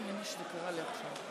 אנחנו נמתין רגע שראש הממשלה ייכנס,